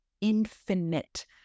infinite